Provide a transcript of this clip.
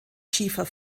schiefer